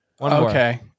Okay